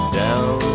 down